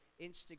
Instagram